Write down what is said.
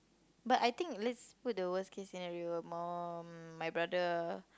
but I think let's put the worst case scenario more my brother